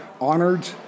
honored